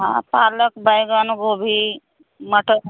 हाँ पालक बैंगन गोभी मटर